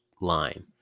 line